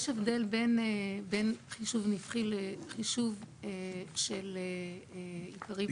יש הבדל בין חישוב נפחי לחישוב של עיקרי ושירות.